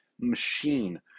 machine